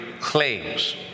claims